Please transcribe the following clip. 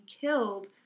killed